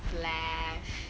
flash